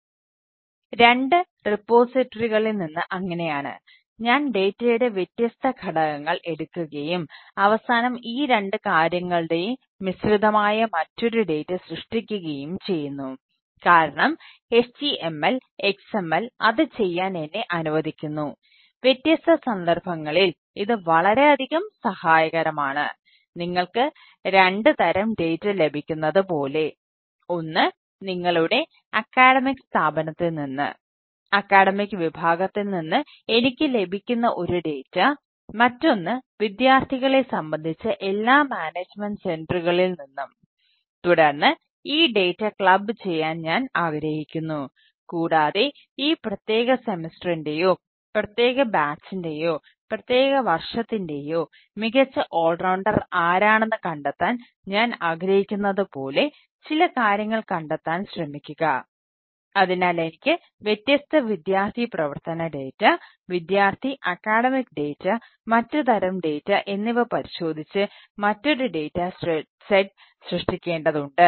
2 റിപ്പോസിറ്ററികളിൽ സൃഷ്ടിക്കേണ്ടതുണ്ട്